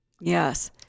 Yes